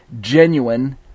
genuine